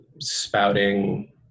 spouting